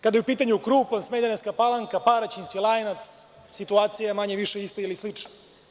Kada je u pitanju Krupanj, Smederevska Palanka, Paraćin, Svilajnac, situacija je manje-više ista ili slična.